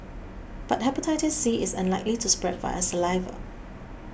but Hepatitis C is unlikely to spread via saliva